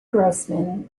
grossman